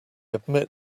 admit